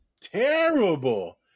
terrible